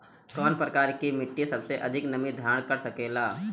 कौन प्रकार की मिट्टी सबसे अधिक नमी धारण कर सकेला?